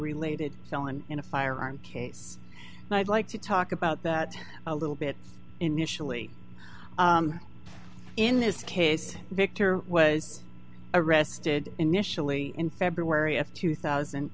related felony in a firearm case and i'd like to talk about that a little bit initially in this case victor was arrested initially in february of two thousand